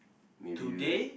maybe you like